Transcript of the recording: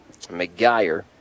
McGuire